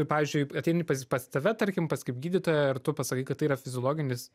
pavyzdžiui ateini pas pas tave tarkim pas kaip gydytoją ir tu pasakai kad tai yra fiziologinis